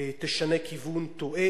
תשנה כיוון, טועה.